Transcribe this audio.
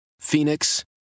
Phoenix